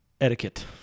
etiquette